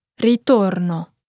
Ritorno